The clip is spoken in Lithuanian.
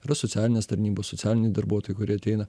yra socialinės tarnybos socialiniai darbuotojai kurie ateina